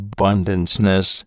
Abundanceness